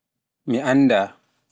Mi annda